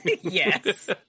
Yes